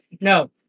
No